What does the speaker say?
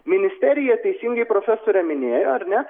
ministerija teisingai profesorė minėjo ar ne